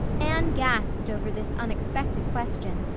anne gasped over this unexpected question,